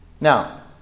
Now